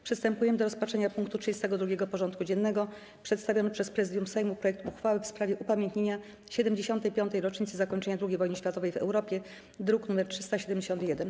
Przystępujemy do rozpatrzenia punktu 32. porządku dziennego: Przedstawiony przez Prezydium Sejmu projekt uchwały w sprawie upamiętnienia 75. rocznicy zakończenia II wojny światowej w Europie (druk nr 371)